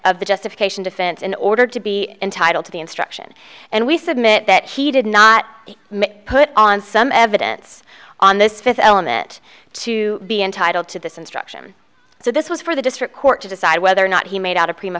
of the justification defense in order to be entitled to the instruction and we submit that he did not put on some evidence on this fifth element to be entitled to this instruction so this was for the district court to decide whether or not he made out a prima